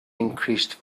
increased